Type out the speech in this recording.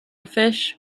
fish